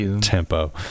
tempo